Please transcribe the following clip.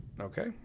okay